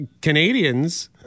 Canadians